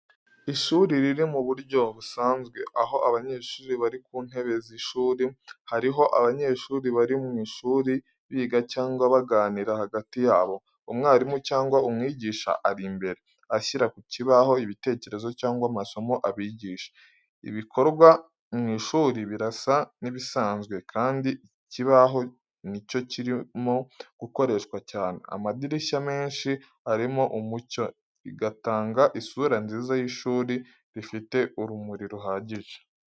Ishuri riri mu buryo busanzwe, aho abanyeshuri bari ku ntebe zishuri. Hariho abanyeshuri bari mu ishuri, biga cyangwa baganira hagati yabo. Umwarimu cyangwa umwigisha ari imbere, ashyira ku kibaho ibitekerezo cyangwa amasomo abigisha. Ibikorwa mu ishuri birasa n’ibisanzwe, kandi ikibaho ni cyo kirimo gukoreshwa cyane. Amadirishya menshi arimo umucyo, bigatanga isura nziza y'ishuri rifite urumuri ruhagije.